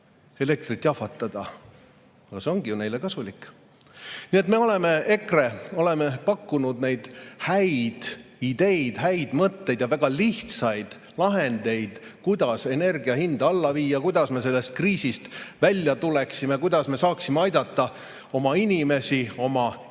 elektrit jahvatada. See ongi ju neile kasulik. EKRE on pakkunud häid ideid, häid mõtteid ja väga lihtsaid lahendeid, kuidas energia hinda alla viia, kuidas me sellest kriisist välja tuleksime, kuidas me saaksime aidata oma inimesi, oma